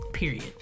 Period